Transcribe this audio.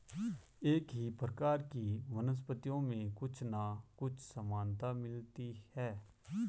एक ही प्रकार की वनस्पतियों में कुछ ना कुछ समानता मिलती है